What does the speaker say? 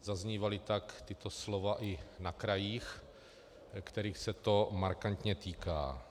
Zaznívala tak tato slova i na krajích, kterých se to markantně týká.